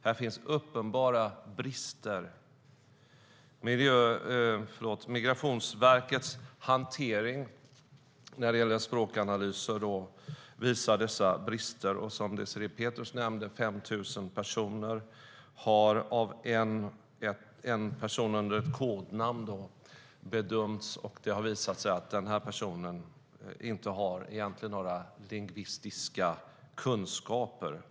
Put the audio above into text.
Här finns uppenbara brister. Migrationsverkets hantering vad gäller språkanalyser visar dessa brister, och som Désirée Pethrus nämnde har 5 000 personer bedömts av en person under kodnamn där det har visat sig att denna person inte har några egentliga lingvistiska kunskaper.